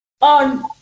on